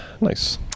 Nice